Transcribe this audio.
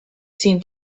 seen